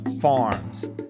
Farms